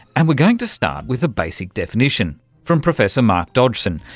and we're going to start with a basic definition from professor mark dodgson,